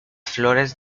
flores